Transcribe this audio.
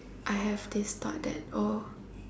I have this thought that oh